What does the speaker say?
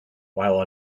while